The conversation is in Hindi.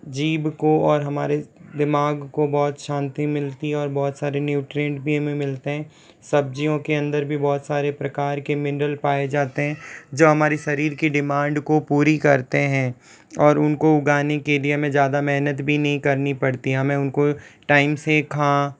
जीभ को और हमारे दिमाग़ को बहुत शांति मिलती है और बहुत सारे न्यूट्रेंन भी हमें मिलते हैं सब्ज़ियों के अंदर भी बहुत सारे प्रकार के मिंरल पाए जाते हैं जो हमारे शरीर की डिमांड को पूरा करते हैं और उन को उगाने के लिए हमें ज़्यादा मेहनत भी नहीं करनी पड़ती हमें उन को टाइम से खा